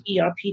ERP